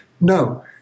No